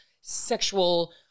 sexual